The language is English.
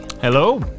Hello